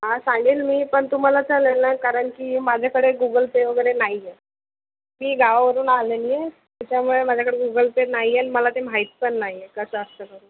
हां सांगेल मी पण तुम्हाला चालेल ना कारण की माझ्याकडे गुगल पे वगैरे नाही आहे मी गावावरून आलेली आहे त्याच्यामुळे माझ्याकडे गुगल पे नाही आहे ना मला ते माहीत पण नाही आहे कसं असतं करून